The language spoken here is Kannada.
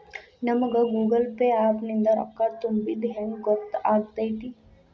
ನಮಗ ಗೂಗಲ್ ಪೇ ಆ್ಯಪ್ ನಿಂದ ರೊಕ್ಕಾ ತುಂಬಿದ್ದ ಹೆಂಗ್ ಗೊತ್ತ್ ಆಗತೈತಿ?